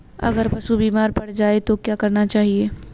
अगर पशु बीमार पड़ जाय तो क्या करना चाहिए?